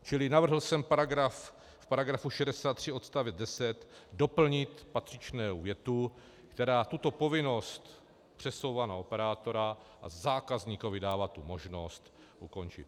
Čili navrhl jsem v § 63 odst. 10 doplnit patřičnou větu, která tuto povinnost přesouvá na operátora a zákazníkovi dává tu možnost ukončit.